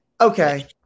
Okay